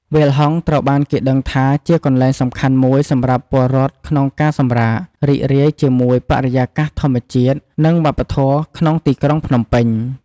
វាលហង្សត្រូវបានគេដឹងថាជាកន្លែងសំខាន់មួយសម្រាប់ពលរដ្ឋក្នុងការសម្រាក រីករាយជាមួយបរិយាកាសធម្មជាតិ និងវប្បធម៌ក្នុងទីក្រុងភ្នំពេញ។